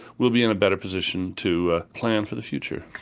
we'll be in a better position to ah plan for the future.